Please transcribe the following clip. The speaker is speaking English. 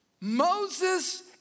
Moses